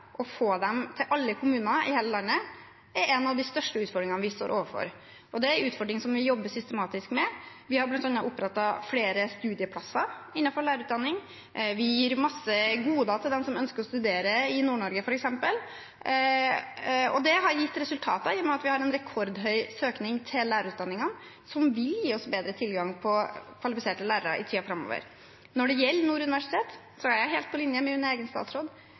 å få dem til alle kommuner i hele landet, er en av de største utfordringene vi står overfor. Det er en utfordring som vi jobber systematisk med. Vi har bl.a. opprettet flere studieplasser innenfor lærerutdanning, og vi gir f.eks. mange goder til dem som ønsker å studere i Nord-Norge. Det har gitt resultater, i og med at vi har rekordhøy søkning til lærerutdanningen, noe som vil gi oss bedre tilgang på kvalifiserte lærere i tiden framover. Når det gjelder Nord universitet, er jeg helt på linje med min egen statsråd: